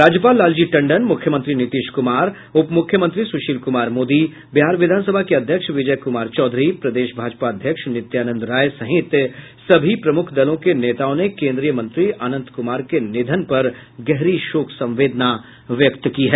राज्यपाल लालजी टंडन मुख्यमंत्री नीतीश कुमार उप मुख्यमंत्री सूशील कुमार मोदी बिहार विधान सभा के अध्यक्ष विजय कुमार चौधरी प्रदेश भाजपा अध्यक्ष नित्यानंद राय सहित सभी प्रमुख दलों के नेताओं ने केंद्रीय मंत्री अनंत कुमार के निधन पर गहरी शोक संवेदना व्यक्त की है